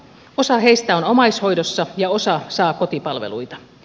osa heistä on omaishoidossa ja osa saa kotipalveluita